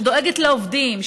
שדואגים לעובדים,